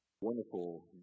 Wonderful